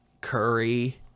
curry